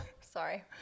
Sorry